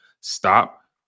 stop